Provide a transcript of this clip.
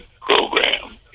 Program